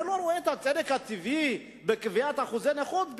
אני לא רואה את הצדק הטבעי בקביעת אחוזי נכות,